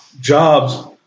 Jobs